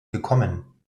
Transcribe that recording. gekommen